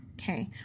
Okay